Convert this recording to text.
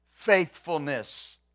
faithfulness